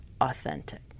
authentic